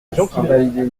chemin